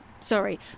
sorry